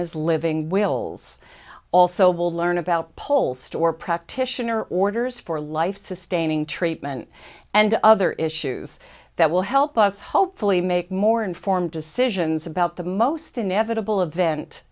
as living wills also will learn about pole store practitioner orders for life sustaining treatment and other issues that will help us hopefully make more informed decisions about the most inevitable event